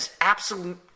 absolute